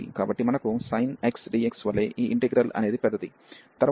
కాబట్టి మనకు sin x dx వలె ఈ ఇంటిగ్రల్ అనేది పెద్దది